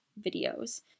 videos